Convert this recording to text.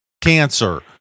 cancer